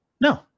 no